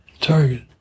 target